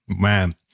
man